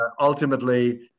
ultimately